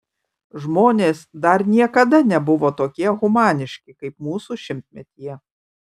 žmonės dar niekada nebuvo tokie humaniški kaip mūsų šimtmetyje